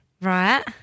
Right